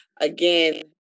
again